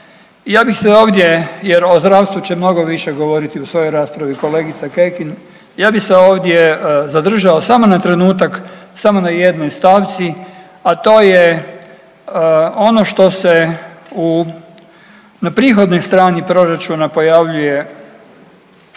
Ja bih se ovdje jer o zdravstvu će mnogo više govoriti u svojoj raspravi kolegica Kekin, ja bi se ovdje zadržao samo na trenutak, samo na jednoj stavci, a to je ono što se u, na prihodnoj strani proračuna pojavljuje